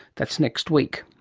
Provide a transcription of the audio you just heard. that's next week.